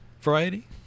variety